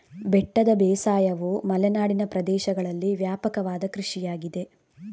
ಬೆಟ್ಟದ ಬೇಸಾಯವು ಮಲೆನಾಡಿನ ಪ್ರದೇಶಗಳಲ್ಲಿ ವ್ಯಾಪಕವಾದ ಕೃಷಿಯಾಗಿದೆ